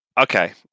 okay